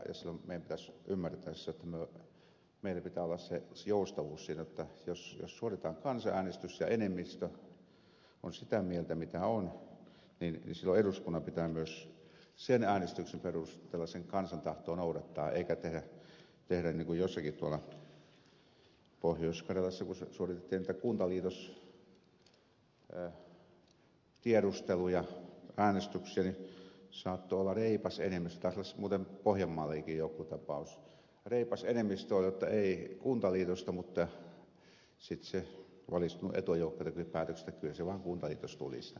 silloin meidän pitäisi ymmärtää se jotta meillä pitää olla se joustavuus siinä jotta jos suoritetaan kansanäänestys ja enemmistö on sitä mieltä mitä on niin silloin eduskunnan pitää myös sen äänestyksen perusteella sen kansan tahtoa noudattaa eikä tehdä niin kuin jossakin tuolla pohjois karjalassa suoritettiin niitä kuntaliitostiedusteluja äänestyksiä niin saattoi olla reipas enemmistö taisi olla muuten pohjanmaallakin joku tapaus reipas enemmistö jotta ei kuntaliitosta mutta sitten se valistunut etujoukko teki päätöksen että kyllä se vaan kuntaliitos tuli sinne